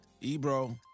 Ebro